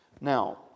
Now